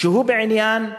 הוא בעניין ההתעללות.